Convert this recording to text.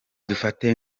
dufate